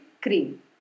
cream